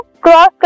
cross